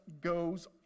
goes